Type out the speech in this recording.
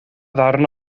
ddarn